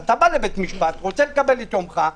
אתה בא לבית משפט, רוצה לקבל את יומך,